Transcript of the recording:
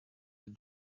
the